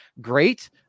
great